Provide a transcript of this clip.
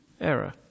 error